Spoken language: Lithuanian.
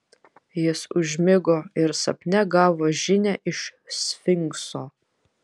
jis užmigo ir sapne gavo žinią iš sfinkso